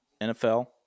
NFL